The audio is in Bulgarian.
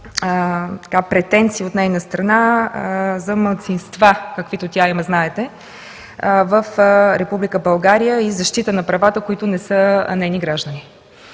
претенции от нейна страна за малцинства, каквито тя има – знаете, в Република България и защита на правата, които не са нейни граждани.